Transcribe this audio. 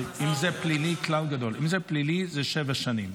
אם זה פלילי, זה שבע שנים,